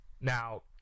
Now